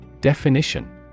Definition